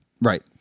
right